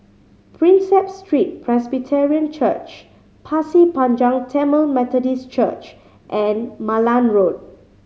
Prinsep Street Presbyterian Church Pasir Panjang Tamil Methodist Church and Malan Road